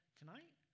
tonight